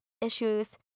issues